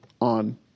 on